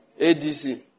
ADC